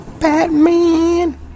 Batman